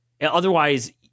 Otherwise